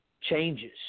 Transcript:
changes